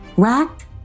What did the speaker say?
Rack